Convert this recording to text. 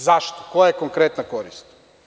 Zašto, koja je konkretna korist?